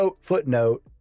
footnote